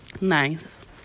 Nice